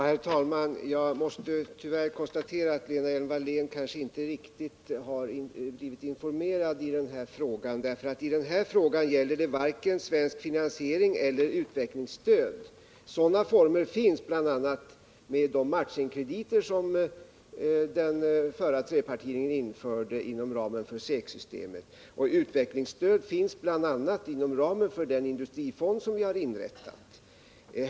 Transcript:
Herr talman! Jag måste tyvärr konstatera att Lena Hjelm-Wallén kanske inte har blivit riktigt informerad i denna fråga, för här gäller det varken svensk finansiering eller utvecklingsstöd. Sådana former finns, bl.a. med de matchingkrediter som den förra trepartiregeringen införde inom ramen för SEK-systemet. Utvecklingsstöd finns t.ex. inom ramen för den industrifond som vi har inrättat.